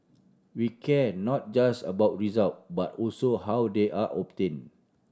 we care not just about result but also how they are obtained